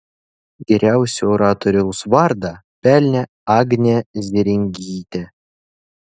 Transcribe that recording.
geriausio oratoriaus vardą pelnė agnė zėringytė